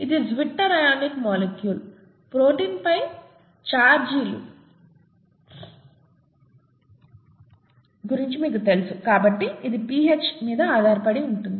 ఇది zwitterionic molecule ప్రొటీన్పై చార్జీలు గురించి మీకు తెలుసు కాబట్టి ఇది pH మీద ఆధారపడి ఉంటుంది